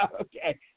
Okay